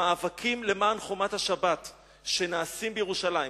המאבקים למען חומת השבת שנעשים בירושלים,